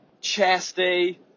chesty